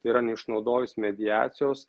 tai yra neišnaudojus mediacijos